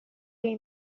again